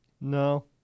No